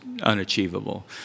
unachievable